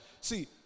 See